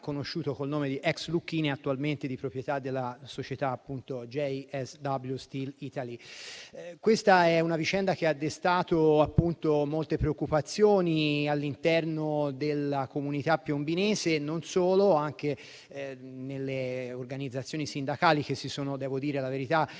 col nome di ex Lucchini e attualmente di proprietà della società JSW Steel Italy. Si tratta di una vicenda che ha destato molte preoccupazioni all'interno della comunità piombinese e anche tra le organizzazioni sindacali - devo dire la verità